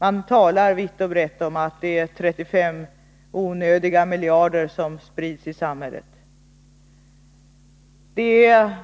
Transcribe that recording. Man talar vitt och brett om att 35 onödiga miljarder satsas i samhället.